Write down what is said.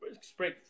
spray